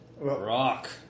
Rock